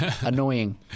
annoying